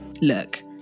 Look